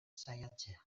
saiatzea